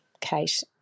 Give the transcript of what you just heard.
Kate